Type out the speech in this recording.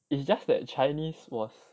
it's just that chinese was